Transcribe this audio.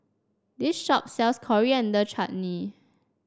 this shop sells Coriander Chutney